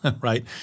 right